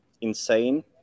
insane